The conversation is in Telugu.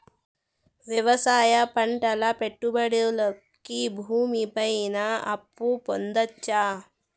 వ్యవసాయం పంటల పెట్టుబడులు కి భూమి పైన అప్పు పొందొచ్చా?